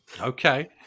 Okay